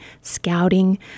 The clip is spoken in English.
scouting